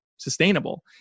Sustainable